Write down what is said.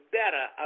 better